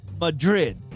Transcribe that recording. Madrid